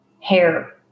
hair